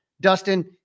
Dustin